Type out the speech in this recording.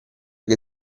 che